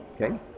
okay